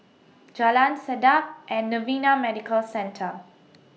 Jalan Sedap and Novena Medical Centre